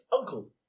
uncle